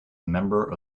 member